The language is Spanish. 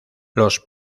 los